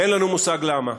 ואין לנו מושג למה.